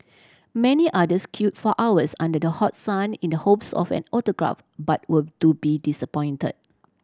many others queue for hours under the hot sun in the hopes of an autograph but were to be disappoint